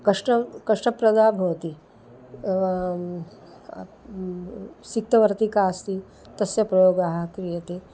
कष्टं कष्टप्रदं भवति एवं सिक्थवर्तिका अस्ति तस्याः प्रयोगः क्रियते